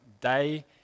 day